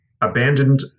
abandoned